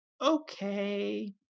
okay